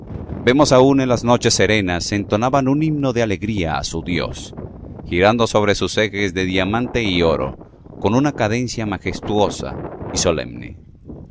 vemos aún en las noches serenas entonaban un himno de alegría á su dios girando sobre sus ejes de diamante y oro con una cadencia majestuosa y solemne